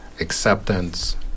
acceptance